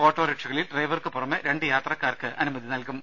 ഓട്ടോറിക്ഷകളിൽ ഡ്രൈവർക്ക് പുറമെ രണ്ടു യാത്രക്കാർക്ക് അനുമതി നൽകും